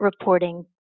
reporting